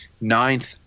ninth